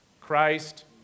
Christ